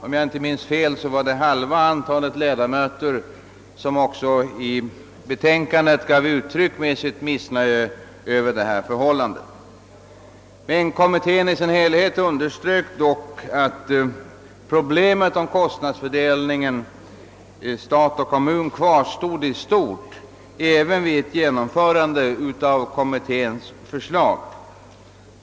Om jag inte minns fel gav halva antalet ledamöter också i betänkandet uttryck för sitt missnöje över detta förhållande. Kommittén i sin helhet underströk dock att problemet om kostnadsfördelningen mellan stat och kommun kvarstod i stort även vid ett genomförande av kommitténs förslag.